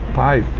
pipe.